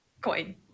coin